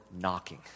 knocking